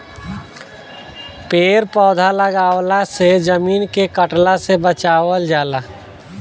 पेड़ पौधा लगवला से जमीन के कटला से बचावल जाला